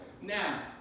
Now